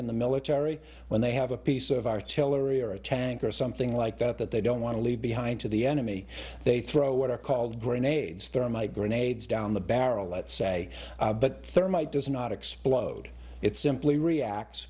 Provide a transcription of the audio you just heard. in the military when they have a piece of artillery or a tank or something like that that they don't want to leave behind to the enemy they throw what are called grenades thermite grenades down the barrel lets say but thermite does not explode it simply reacts